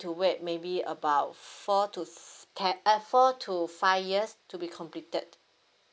to wait maybe about four to ten uh four to five years to be completed